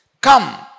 Come